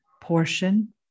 portion